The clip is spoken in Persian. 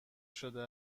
شده